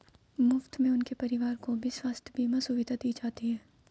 मुफ्त में उनके परिवार को भी स्वास्थ्य बीमा सुविधा दी जाती है